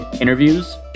interviews